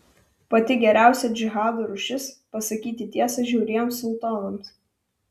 pati geriausia džihado rūšis pasakyti tiesą žiauriems sultonams